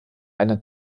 eine